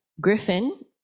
griffin